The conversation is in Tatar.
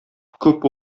күп